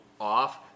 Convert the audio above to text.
off